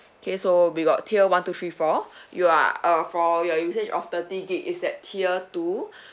okay so we got tier one two three four you are uh for your usage of thirty gig~ is at tier two